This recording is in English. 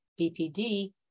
bpd